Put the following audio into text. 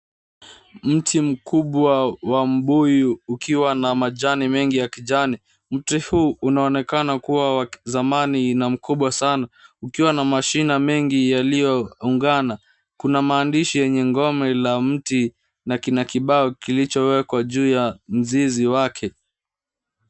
Mti mkubwa wa mbuyu ukiwa na majani mengi ya kijani. Mti huu unaonekana kuwa wa zamani na mkubwa sana. Ukiwa na mashina mengi yaliyoungana. Kuna maandishi yenye ngome la mti na kina kibao kilichowekwa juu ya mzizi wake.